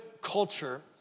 culture